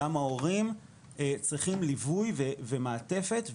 גם ההורים צריכים ליווי ומעטפת.